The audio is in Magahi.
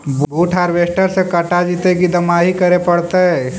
बुट हारबेसटर से कटा जितै कि दमाहि करे पडतै?